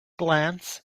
glance